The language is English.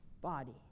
body